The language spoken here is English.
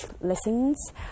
lessons